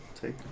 take